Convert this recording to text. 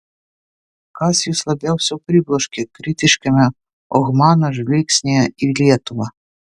kas jus labiausiai pribloškė kritiškame ohmano žvilgsnyje į lietuvą